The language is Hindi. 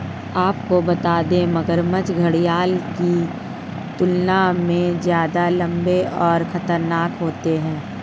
आपको बता दें, मगरमच्छ घड़ियाल की तुलना में ज्यादा लम्बे और खतरनाक होते हैं